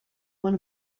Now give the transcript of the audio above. one